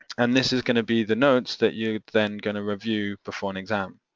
and this is gonna be the notes that you're then gonna review before an exam.